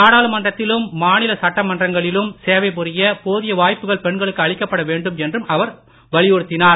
நாடாளுமன்றத்திலும் மாநில சட்டமன்றங்களிலும் சேவை புரிய போதிய வாய்ப்புகள் பெண்களுக்கு அளிக்கப்பட வேண்டும் என்றும் அவர் வலியுறுத்தினார்